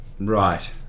Right